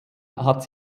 hat